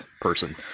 person